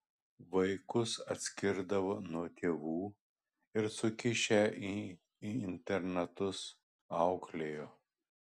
vaikus atskirdavo nuo tėvų ir sukišę į internatus auklėjo